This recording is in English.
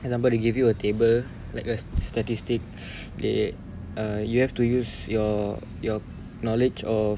example they give you a table like a stat~ statistic they uh you have to use your your knowledge of